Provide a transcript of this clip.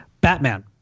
Batman